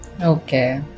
Okay